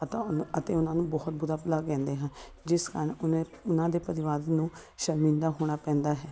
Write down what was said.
ਅਤ ਉਨ ਅਤੇ ਉਹਨਾਂ ਨੂੰ ਬਹੁਤ ਬੁਰਾ ਭਲਾ ਕਹਿੰਦੇ ਹਨ ਜਿਸ ਕਾਰਨ ਉਨੇ ਉਹਨਾਂ ਦੇ ਪਰਿਵਾਰ ਨੂੰ ਸ਼ਰਮਿੰਦਾ ਹੋਣਾ ਪੈਂਦਾ ਹੈ